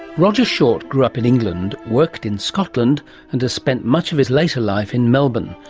roger short grew up in england, worked in scotland and has spent much of his later life in melbourne,